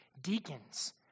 Deacons